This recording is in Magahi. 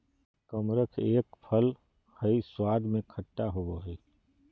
कमरख एक फल हई स्वाद में खट्टा होव हई